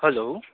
hello